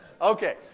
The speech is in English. Okay